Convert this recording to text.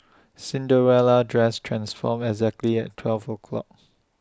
Cinderella's dress transformed exactly at twelve o'clock